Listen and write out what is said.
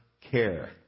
care